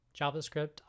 JavaScript